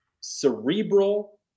cerebral